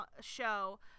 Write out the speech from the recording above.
show